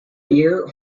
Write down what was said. year